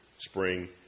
Spring